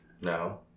No